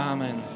Amen